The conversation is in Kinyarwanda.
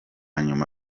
nyuma